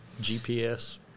GPS